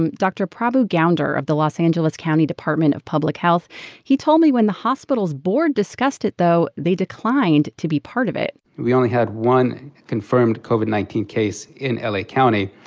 um dr. prabhu gounder of the los angeles county department of public health he told me when the hospital's board discussed it, though, they declined to be part of it we only had one confirmed confirmed covid nineteen case in la county,